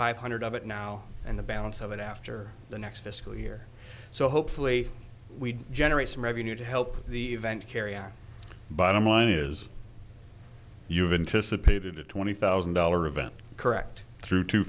five hundred of it now and the balance of it after the next fiscal year so hopefully we generate some revenue to help the event carry our bottom line is you've been to subpoena to twenty thousand dollar event correct through t